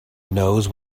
knows